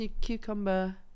Cucumber